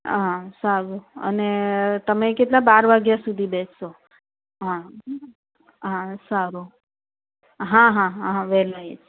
હા સારું અને તમે કેટલા બાર વાગ્યા સુધી બેસશો હા હા સારું હા હા હા વહેલા આવીશ